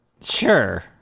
Sure